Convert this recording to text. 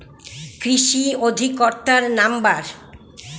কৃষি অধিকর্তার নাম্বার?